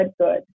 good